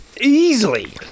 easily